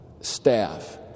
staff